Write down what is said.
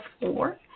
four